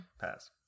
Pass